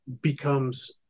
becomes